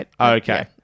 Okay